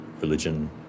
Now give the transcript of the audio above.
religion